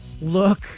look